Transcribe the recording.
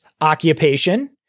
occupation